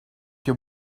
your